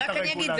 ורק אני אגיד,